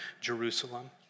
Jerusalem